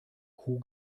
kuh